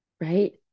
right